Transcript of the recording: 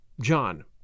John